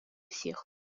всех